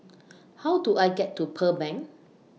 How Do I get to Pearl Bank